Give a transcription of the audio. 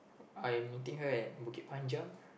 I am meeting her at Bukit-Panjang